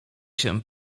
się